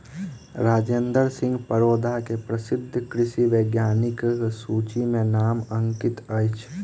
राजेंद्र सिंह परोदा के प्रसिद्ध कृषि वैज्ञानिकक सूचि में नाम अंकित अछि